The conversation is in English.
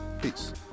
Peace